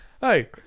Hey